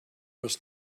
was